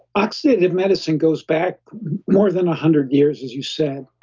oxidative medicine goes back more than a hundred years as you said.